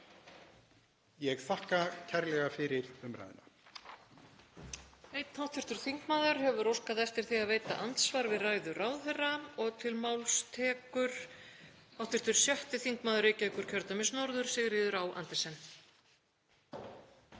Ég þakka kærlega fyrir umræðuna.